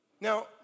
Now